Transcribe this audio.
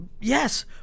Yes